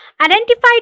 identified